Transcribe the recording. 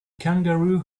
kangaroo